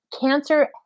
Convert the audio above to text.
cancer